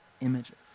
images